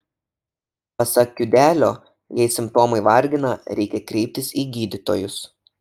pasak kiudelio jei simptomai vargina reikia kreiptis į gydytojus